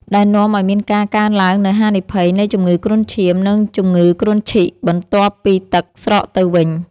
ដែលនាំឱ្យមានការកើនឡើងនូវហានិភ័យនៃជំងឺគ្រុនឈាម និងជំងឺគ្រុនឈីកបន្ទាប់ពីទឹកស្រកទៅវិញ។